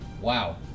Wow